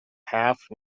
half